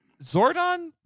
Zordon